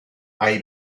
hay